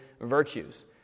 virtues